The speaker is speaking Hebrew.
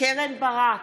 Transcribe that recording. קרן ברק,